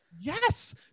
Yes